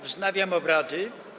Wznawiam obrady.